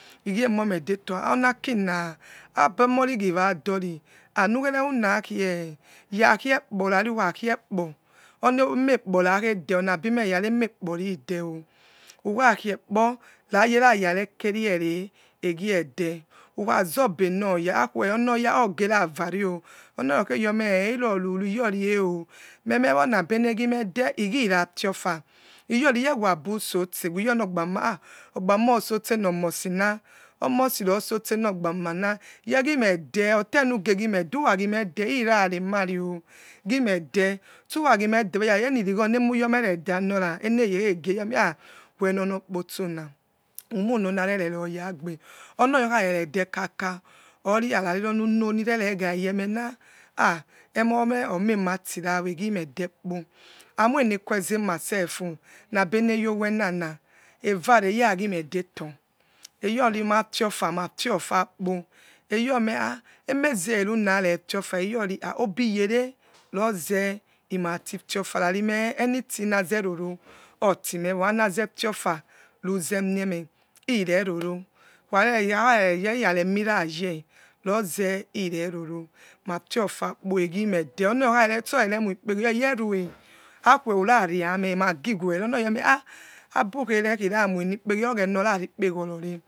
Igre emomon deto hoyaki abamori omprado harukhanema lave rakie kpoemekos nakhede nabi igie emome. deto honaking abom masorigniwatari, ha mukheveningkie ys kiekpo navi ukhaanikps paphede nabi meyara emek po ri deo akhabie kpo rayararanekerie egie de wahazbe noys hakuwe or geratare o onoyakhey pre che injorury nyon ech a mementonadienegime de igirs fiofa lyori yewaby botsweyonoglooma ha agbomerosotse nomosing, omosirosotse nogbamans yesimede oteruge gimede uragi mede irrapemamed simede sturag, mede enirighons emuyor meredisinora enega ekhegre wha wenonokpatso monu navereryagbe noyakharerede kharka ovirari onu mirereghaye ha emoime omena bi rawo eghingede kpo hаm hаmoinekue zema selfy anabe neyo wenang evare erafimede to eyonimafiofa mafiopakpo eyome ha emeze irunavefafa yoniha ebilyone roze mati firfa rarimch engthing nazeroro otimewo anazefiofa ruzie mit me trerom waharereyo takes iranemirage wi rozeireronó egimede remoipeghoro yoni yerue akue urariamch magiwere abukh oneinamoinikpegura iye ogheniorarenikpeg or rore.